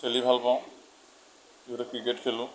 খেলি ভাল পাওঁ যিহেতু ক্ৰিকেট খেলোঁ